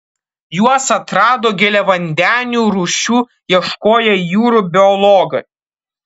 juos atrado giliavandenių rūšių ieškoję jūrų biologai